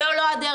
זו לא הדרך,